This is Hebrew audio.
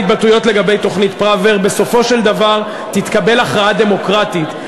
בסופו של דבר תתקבל הכרעה דמוקרטית.